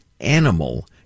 animal